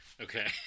Okay